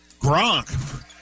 Gronk